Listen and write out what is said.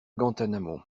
guantanamo